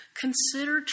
consider